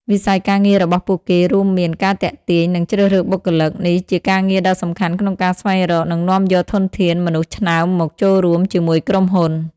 វិស័យការងាររបស់ពួកគេរួមមាន៖ ការទាក់ទាញ និងជ្រើសរើសបុគ្គលិក: នេះជាការងារដ៏សំខាន់ក្នុងការស្វែងរក និងនាំយកធនធានមនុស្សឆ្នើមមកចូលរួមជាមួយក្រុមហ៊ុន។